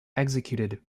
executed